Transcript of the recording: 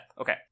Okay